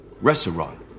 Restaurant